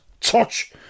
touch